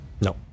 No